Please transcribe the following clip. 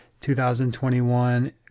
2021